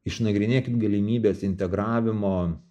išnagrinėkit galimybes integravimo